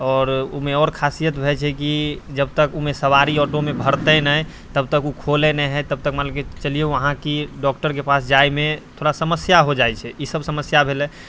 आओर ओहिमे आओर खासियत भऽ जाइ छै कि जब तक ओहिमे सवारी ऑटोमे भरतै नहि तब तक ओ खोलै नहि हइ तब तक मानिकऽ चलिऔ अहाँकि डॉक्टरके पास जाइमे थोड़ा समस्या हो जाइ छै ईसब समस्या भेलै